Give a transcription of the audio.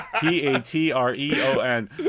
p-a-t-r-e-o-n